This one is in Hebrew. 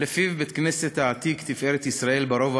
שלפיו בית-הכנסת העתיק "תפארת ישראל" ברובע